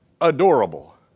adorable